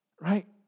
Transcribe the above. Right